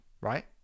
right